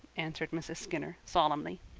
answered mrs. skinner, solemnly.